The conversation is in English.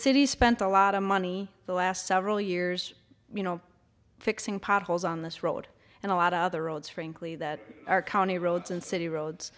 city spent a lot of money the last several years you know fixing potholes on this road and a lot of other roads frankly that are county roads and city roads